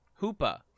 Hoopa